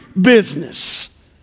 business